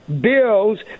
bills